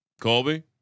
Colby